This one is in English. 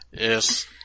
Yes